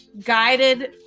guided